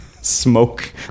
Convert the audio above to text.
smoke